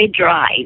drive